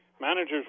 Managers